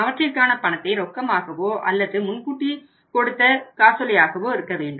அவற்றிற்கான பணத்தை ரொக்கமாகவோ அல்லது முன்கூட்டி கொடுத்த காசோலையாகவோ இருக்கவேண்டும்